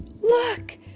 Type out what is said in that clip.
look